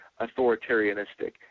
authoritarianistic